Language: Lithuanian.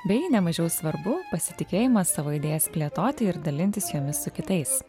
bei nemažiau svarbu pasitikėjimą savo idėjas plėtoti ir dalintis jomis su kitais